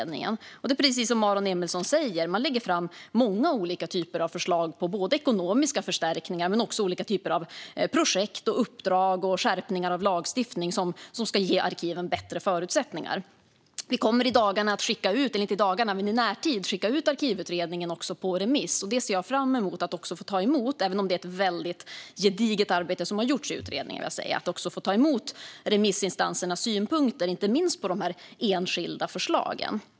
Det är precis som Aron Emilsson säger att man lägger fram många olika typer av förslag både på ekonomiska förstärkningar och på olika typer av projekt och uppdrag och skärpningar av lagstiftning som ska ge arkiven bättre förutsättningar. Vi kommer i närtid att skicka ut Arkivutredningens betänkande på remiss. Det är ett väldigt gediget arbete som har gjorts i utredningen, men jag ser fram emot att också få ta emot remissinstansernas synpunkter, inte minst på de enskilda förslagen.